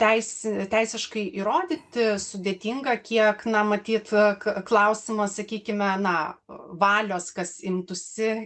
teisė teisiškai įrodyti sudėtinga kiek na matyt klausimas sakykime na valios kas imtųsi